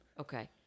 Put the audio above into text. Okay